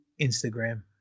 Instagram